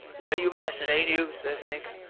well, you've asted, ain't you? says hank.